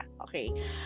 Okay